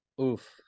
oof